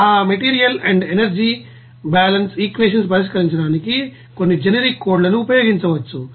ఆ material and energy balance equation పరిష్కరించడానికి కొన్ని జనరిక్ కోడ్ లను ఉపయోగించవచ్చు